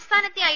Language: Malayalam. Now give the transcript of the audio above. സംസ്ഥാനത്തെ ഐ